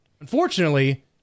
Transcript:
Unfortunately